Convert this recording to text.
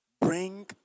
Bring